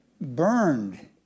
Burned